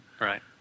Right